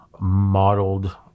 modeled